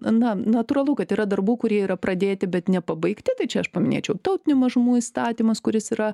na natūralu kad yra darbų kurie yra pradėti bet nepabaigti tai čia aš paminėčiau tautinių mažumų įstatymas kuris yra